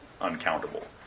uncountable